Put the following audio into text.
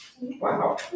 Wow